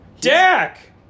Dak